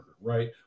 right